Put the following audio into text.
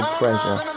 pressure